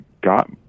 got